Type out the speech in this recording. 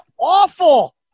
awful